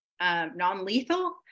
non-lethal